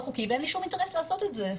חוקי ואין לי שום אינטרס לעשות את זה.